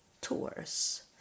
tours